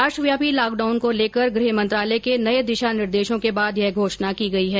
राष्ट्रव्यापी लॉकडाउन को लेकर गृह मंत्रालय के नए दिशा निर्देशों के बाद यह घोषणा की गई है